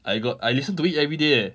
I got I listen to it everyday eh